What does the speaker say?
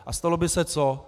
A stalo by se co?